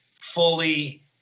fully